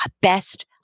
best